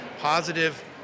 positive